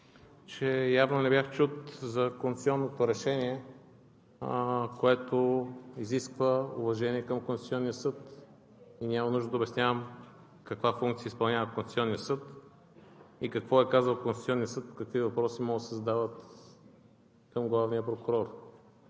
че явно не бях чут за конституционното решение, което изисква уважение към Конституционния съд. И няма нужда да обяснявам каква функция изпълнява Конституционният съд и какво е казал Конституционният съд – какви въпроси могат да се задават към главния прокурор.